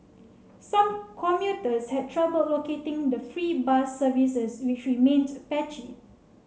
some commuters had trouble locating the free bus services which remained patchy